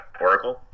Oracle